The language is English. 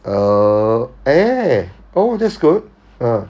oh eh oh that's good ah